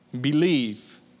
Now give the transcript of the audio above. believe